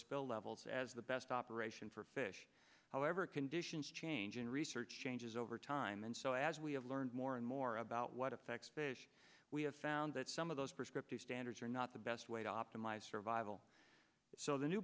spell levels as the best operation for fish however conditions change in research changes over time and so as we have learned more and more about what effects fish we have found that some of those prescriptive standards are not the best way to optimize survival so the new